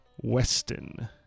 Weston